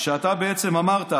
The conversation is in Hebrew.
שאתה בעצם אמרת,